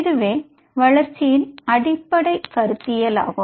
இதுவே வளர்ச்சியின் அடிப்படை கருத்தியல் ஆகும்